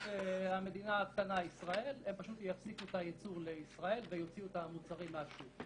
הם יפסיקו את היצוא לישראל ויוציאו את המוצרים מהשוק.